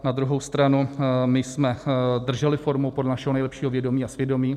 Na druhou stranu my jsme drželi formu podle našeho nejlepšího vědomí a svědomí.